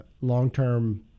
long-term